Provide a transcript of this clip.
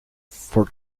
for